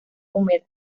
húmeda